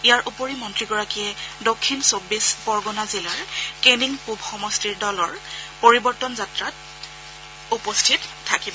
ইয়াৰ উপৰি মন্ত্ৰীগৰাকীয়ে দক্ষিণ চৌবিবশ পৰগণা জিলাৰ কেনিং পূব সমষ্টিৰ দলৰ পৰিৱৰ্তন যাত্ৰাত উপস্থিত থাকিব